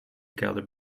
kelder